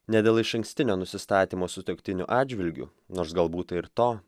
ne dėl išankstinio nusistatymo sutuoktinių atžvilgiu nors gal būta ir to